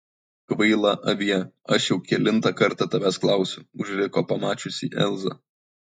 kvaila avie aš jau kelintą kartą tavęs klausiu užriko pamačiusi elzą